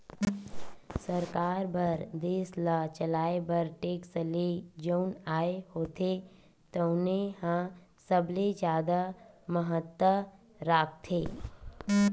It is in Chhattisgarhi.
सरकार बर देस ल चलाए बर टेक्स ले जउन आय होथे तउने ह सबले जादा महत्ता राखथे